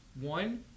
One